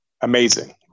amazing